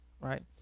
right